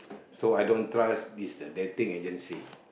so I don't trust this a dating agency